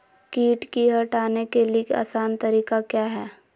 किट की हटाने के ली आसान तरीका क्या है?